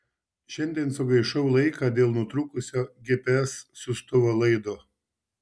šiandien sugaišau laiką dėl nutrūkusio gps siųstuvo laido